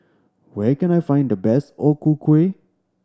where can I find the best O Ku Kueh